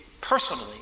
personally